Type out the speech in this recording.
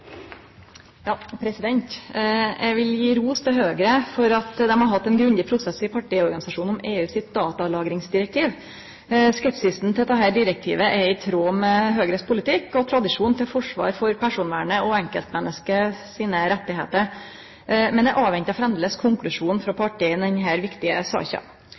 Eg vil gje ros til Høgre for at dei har hatt ein grundig prosess i partiorganisasjonen om EU sitt datalagringsdirektiv. Skepsisen til dette direktivet er i tråd med Høgre sin politikk og tradisjon til forsvar for personvernet og enkeltmennesket sine rettar. Men eg ventar framleis på konklusjonen frå partiet i denne viktige saka.